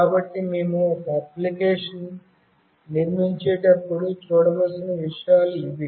కాబట్టి మేము ఒక అప్లికేషన్ను నిర్మించేటప్పుడు చూడవలసిన విషయాలు ఇవి